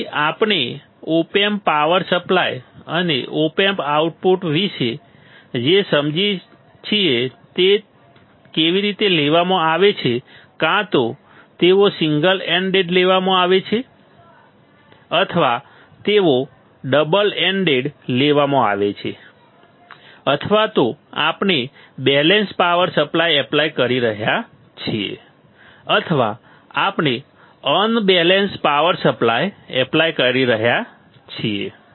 તેથી આપણે op amp power supply અને ઓપ એમ્પ આઉટપુટ વિશે જે સમજીએ છીએ તે તે કેવી રીતે લેવામાં આવે છે તે કાં તો તેઓ સિંગલ એન્ડેડ લેવામાં આવે છે અથવા તેઓ ડબલ એન્ડેડ લેવામાં આવે છે અથવા તો આપણે બેલેન્સ પાવર સપ્લાય એપ્લાય કરી રહ્યા છીએ અથવા આપણે અનબેલેન્સ પાવર સપ્લાય એપ્લાય કરી રહ્યા છીએ